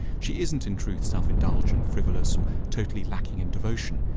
she isn't in truth self-indulgent, frivolous or totally lacking in devotion.